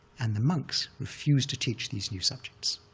and the monks refused to teach these new subjects,